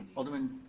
alderman